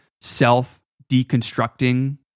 self-deconstructing